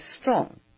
strong